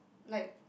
like